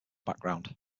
background